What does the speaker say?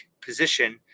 position